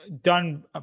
done